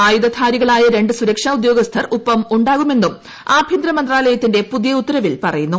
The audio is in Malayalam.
ആയുധധാരികളായ രണ്ട് സുരക്ഷാ ഉദ്യോഗസ്ഥർ ഒപ്പം ഉണ്ടാകുമെന്നും ആഭ്യന്തര മന്ത്രാലയത്തിന്റെ പുതിയ ഉത്തരവിൽ പറയുന്നു